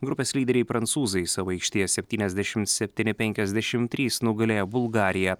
grupės lyderiai prancūzai savo aikštėje septyniasdešimt septyni penkiasdešimt trys nugalėjo bulgariją